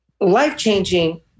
life-changing